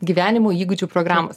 gyvenimo įgūdžių programos